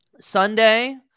Sunday